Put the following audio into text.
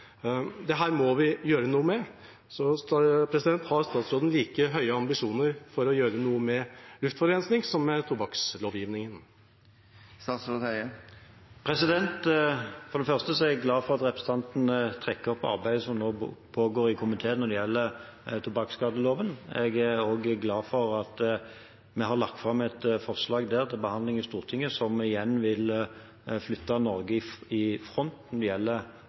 må vi gjøre noe med: Har statsråden like høye ambisjoner for å gjøre noe med luftforurensningen som med tobakkslovgivningen? For det første er jeg glad for at representanten trekker fram arbeidet som nå pågår i komiteen når det gjelder tobakksskadeloven. Jeg er også glad for at vi har lagt fram et forslag til behandling i Stortinget som igjen vil flytte Norge i front når det gjelder